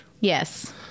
yes